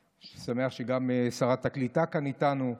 אני שמח שגם שרת הקליטה כאן איתנו.